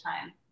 time